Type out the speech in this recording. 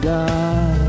God